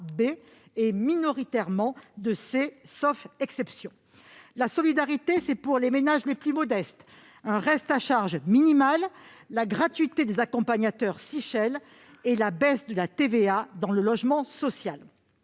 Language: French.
B, minoritairement de classe C, sauf exception. La solidarité, c'est, pour les ménages les plus modestes, un reste à charge minimal, la gratuité des accompagnateurs Sichel et la baisse de la TVA dans le logement social.